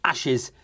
Ashes